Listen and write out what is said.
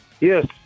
Yes